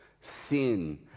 sin